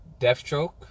Deathstroke